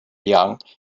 young